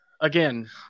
again